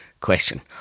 question